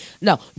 No